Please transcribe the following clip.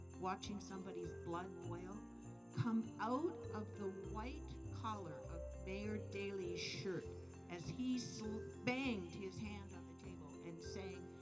watching somebody's blood boil come out of the white collar of mayor daley's shirt as he so banged his hand on the table and saying,